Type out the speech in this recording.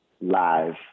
live